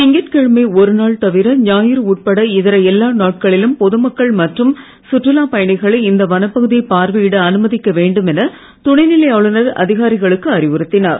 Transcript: திங்கட்கிழமை ஒருநாள் தவிர ஞாயிறு உட்பட இதர எல்லா நாட்களிலும் பொதுமக்கள் மற்றும் சுற்றுலா பயணிகளை இந்த வனப்பகுதியை பார்வையிட அனுமதிக்க வேண்டும் என துணைநிலை ஆளுநர் அதிகாரிகளுக்கு அறிவுறுத்தினார்